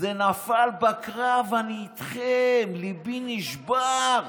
זה נפל בקרב, אני איתכם, ליבי נשבר.